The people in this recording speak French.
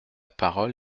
parole